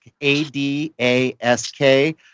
A-D-A-S-K